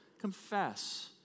confess